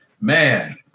man